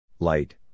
Light